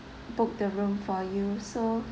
book the room for you so